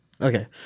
Okay